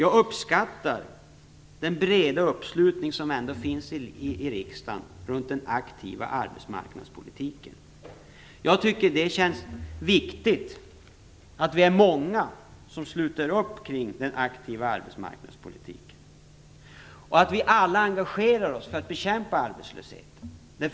Jag uppskattar den breda uppslutning som ändå finns i riksdagen kring den aktiva arbetsmarknadspolitiken. Det är viktigt att vi är många som sluter upp kring denna och att vi alla engagerar oss för att bekämpa arbetslösheten.